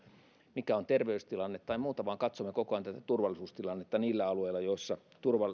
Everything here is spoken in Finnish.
mikä on terveystilanne tai muuta vaan katsomme koko ajan tätä turvallisuustilannetta niillä alueilla joissa